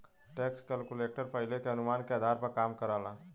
tax calculator पहिले के अनुमान के आधार पर काम करला